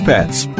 Pets